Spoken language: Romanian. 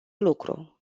lucru